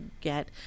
get